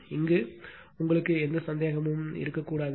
இங்கு உங்களுக்கு எந்த சந்தேகமும் எதுவும் இருக்கக்கூடாது